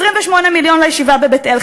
28 מיליון לישיבה בבית-אל,